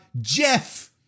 Jeff